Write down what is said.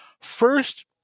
first